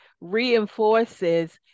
reinforces